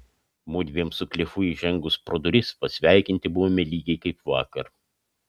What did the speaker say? mudviem su klifu įžengus pro duris pasveikinti buvome lygiai kaip vakar